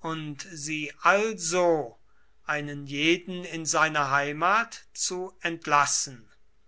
und sie also einen jeden in seine heimat zu entlassen